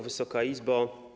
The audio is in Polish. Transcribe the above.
Wysoka Izbo!